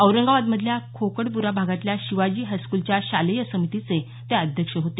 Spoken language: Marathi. औरंगाबादमधल्या खोकडप्रा भागातल्या शिवाजी हायस्कूलच्या शालेय समितीचे ते अध्यक्ष होते